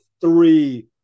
three